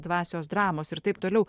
dvasios dramos ir taip toliau